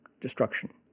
destruction